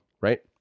Right